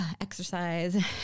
exercise